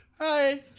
Hi